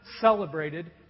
celebrated